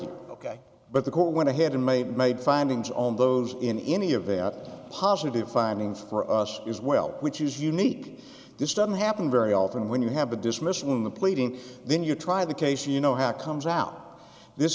you ok but the court went ahead and made made findings on those in any of a out positive findings for us as well which is unique this doesn't happen very often when you have a dismissal in the pleading then you try the case you know how it comes out this